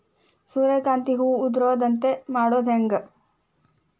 ಸೂರ್ಯಕಾಂತಿ ಹೂವ ಉದರದಂತೆ ಮಾಡುದ ಹೆಂಗ್?